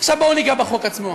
עכשיו בואו ניגע בחוק עצמו.